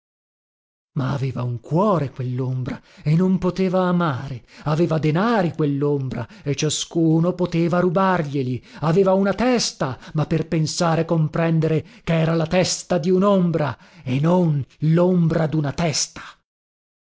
ma aveva un cuore quellombra e non poteva amare aveva denari quellombra e ciascuno poteva rubarglieli aveva una testa ma per pensare e comprendere chera la testa di unombra e non lombra duna testa